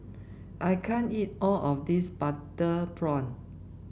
I can't eat all of this Butter Prawn